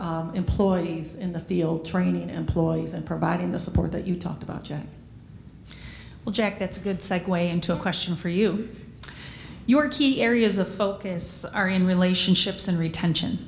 employees in the field training employees and providing the support that you talked about jack well jack that's a good segue into a question for you your key areas of focus are in relationships and retention